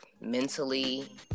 mentally